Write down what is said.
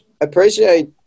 appreciate